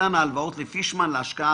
מתן ההלוואות לפישמן להשקעה